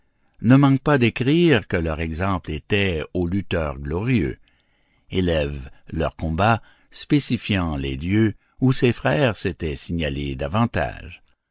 ne manque pas d'écrire que leur exemple était aux lutteurs glorieux élève leurs combats spécifiant les lieux où ces frères s'étaient signalés davantage